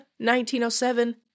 1907